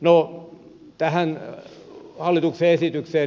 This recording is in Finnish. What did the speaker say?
no tähän hallituksen esitykseen